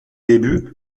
débuts